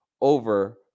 over